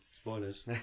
spoilers